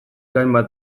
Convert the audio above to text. hainbat